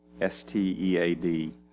S-T-E-A-D